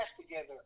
together